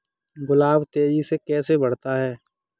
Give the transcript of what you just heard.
गुलाब तेजी से कैसे बढ़ता है?